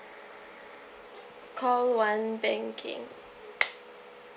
call one banking